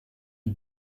une